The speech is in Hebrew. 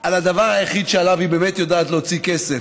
על הדבר היחיד שעליו היא באמת יודעת להוציא כסף,